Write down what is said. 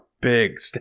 Big